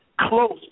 close